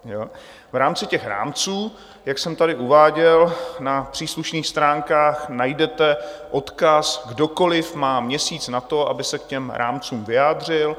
V rámci těch rámců, jak jsem tady uváděl, na příslušných stránkách najdete odkaz kdokoli má měsíc na to, aby se k těm rámcům vyjádřil.